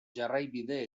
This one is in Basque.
jarraibide